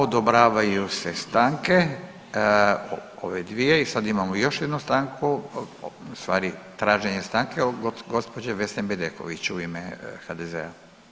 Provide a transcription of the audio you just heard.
Odobravaju se stanke, ove dvije i sada imamo još jednu stanku ustvari traženje stanke od gospođe Vesne Bedeković u ime HDZ-a.